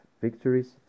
victories